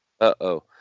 uh-oh